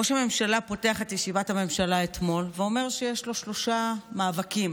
ראש הממשלה פותח את ישיבת הממשלה אתמול ואומר שיש לו שלושה מאבקים.